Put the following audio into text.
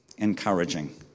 encouraging